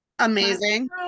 Amazing